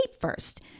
first